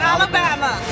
Alabama